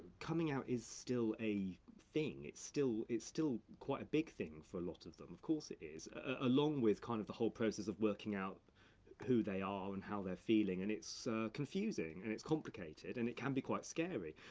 coming out is still a thing. it's still quite a big thing for a lot of them. of course it is. along with, kind of the whole process of working out who they are, and how they're feeling, and it's confusing and it's complicated, and it can be quite scary,